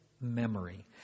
memory